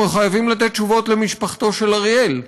אנחנו חייבים לתת תשובות להוריו של אריאל.